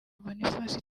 boniface